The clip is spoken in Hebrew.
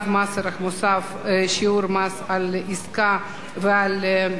(שיעור המס על עסקה ועל ייבוא טובין)